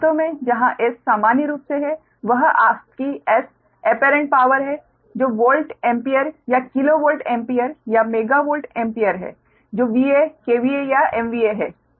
तो वास्तव में जहां S सामान्य रूप से वह आपकी S एप्परेंट पावर है जो वोल्ट एम्पीयर या किलोवोल्ट एम्पीयर या मेगा वोल्ट एम्पीयर है जो VA kVA या MVA है